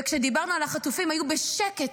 וכשדיברנו על החטופים הם היו בשקט,